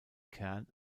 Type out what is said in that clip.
kern